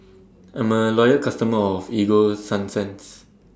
I'm A Loyal customer of Ego Sunsense